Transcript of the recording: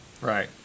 Right